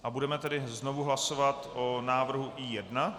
A budeme tedy znovu hlasovat o návrhu I1.